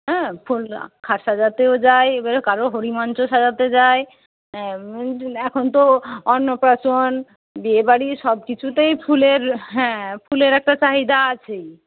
হ্যাঁ ফুল খাট সাজাতেও যায় এবারে কারোর হরিমঞ্চ সাজাতে যায় এখন তো অন্নপ্রাশন বিয়েবাড়ি সবকিছুতেই ফুলের হ্যাঁ ফুলের একটা চাহিদা আছেই